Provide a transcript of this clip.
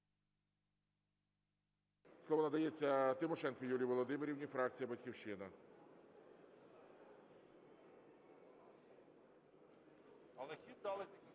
Слово надається Тимошенко Юлії Володимирівні, фракція "Батьківщина".